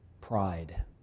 pride